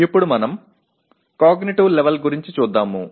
ఇప్పుడు మనం cognitive level గురించి చూద్దాము